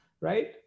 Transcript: right